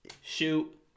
shoot